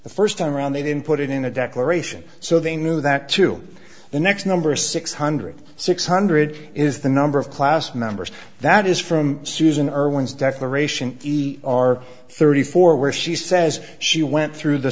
the first time around they didn't put it in a declaration so they knew that to the next number six hundred six hundred is the number of class members that is from susan irwin's death aeration are thirty four where she says she went through the